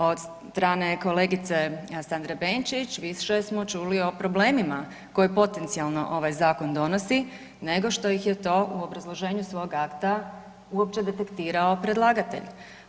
Od strane kolegice Sandre Benčić više smo čuli o problemima koje potencijalno ovaj zakon donosi nego što ih je to u obrazloženju svog akta uopće detektirao predlagatelj.